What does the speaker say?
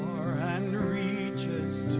and reaches